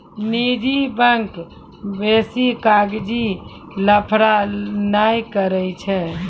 निजी बैंक बेसी कागजी लफड़ा नै करै छै